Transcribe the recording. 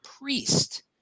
priest